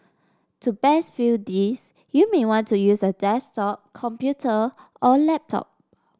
to best view this you may want to use a desktop computer or laptop